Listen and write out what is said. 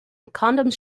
condoms